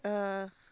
uh